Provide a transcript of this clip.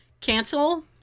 cancel